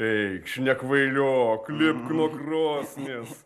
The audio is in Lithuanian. eikš nekvailiok lipk nuo krosnies